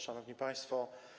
Szanowni Państwo!